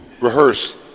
rehearse